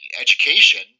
education